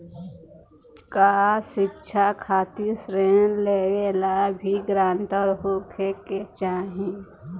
का शिक्षा खातिर ऋण लेवेला भी ग्रानटर होखे के चाही?